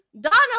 Donald